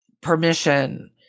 permission